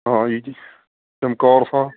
ਹਾਂਜੀ ਜੀ ਚਮਕੌਰ ਸਾਹਿਬ